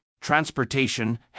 transportation